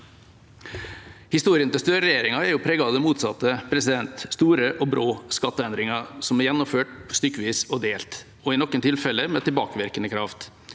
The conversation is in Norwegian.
Historien til Støre-regjeringen er preget av det motsatte: store og brå skatteendringer som er gjennomført stykkevis og delt, og i noen tilfeller med tilbakevirkende kraft.